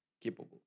capable